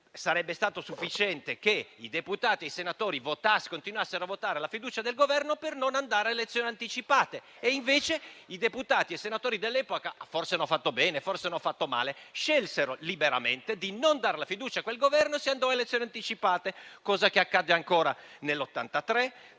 sarebbe stato sufficiente che i deputati e i senatori continuassero a votare la fiducia al Governo per non andare a elezioni anticipate; invece i deputati e i senatori dell'epoca - forse hanno fatto bene, forse hanno fatto male - scelsero liberamente di non dare la fiducia a quel Governo e si andò a elezioni anticipate, cosa che accadde ancora nel 1983,